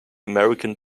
american